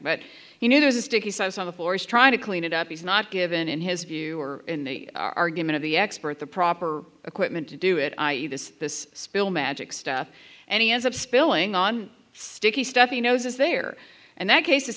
but you know there's a stick he says on the floor is trying to clean it up he's not given in his view or in the argument of the expert the proper equipment to do it i e this this spill magic stuff and he ends up spilling on sticky stuff you know is there and that case i